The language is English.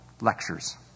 lectures